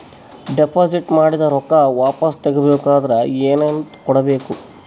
Deposit ಮಾಡಿದ ರೊಕ್ಕ ವಾಪಸ್ ತಗೊಬೇಕಾದ್ರ ಏನೇನು ಕೊಡಬೇಕು?